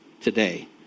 Today